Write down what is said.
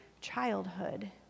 childhood